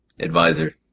Advisor